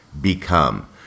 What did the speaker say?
become